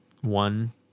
one